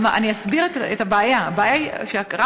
אני אסביר את הבעיה: הבעיה היא שב"רב-קו",